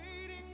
waiting